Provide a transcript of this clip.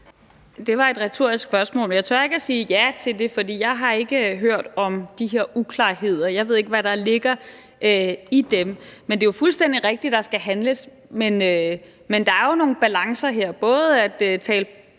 Det var et retorisk spørgsmål, men jeg tør ikke at sige ja til det, for jeg har ikke hørt om de her uklarheder. Jeg ved ikke, hvad der ligger i dem. Men det er jo fuldstændig rigtigt, at der skal handles. Der er jo bare nogle balancer her, både at tale